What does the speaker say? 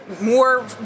more